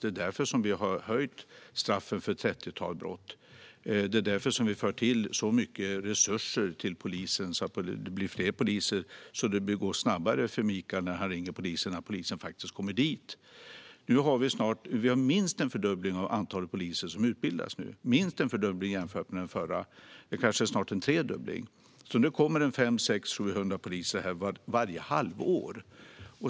Det är därför som vi har höjt straffen för ett trettiotal brott, och det är därför som vi för till så mycket resurser till polisen. Det ska bli fler poliser så att det går snabbare för dem att komma dit när Mikael ringer. Det är minst en fördubbling av antalet poliser som utbildas nu jämfört med tidigare. Snart är det en tredubbling. Nu kommer 500-700 poliser varje halvår.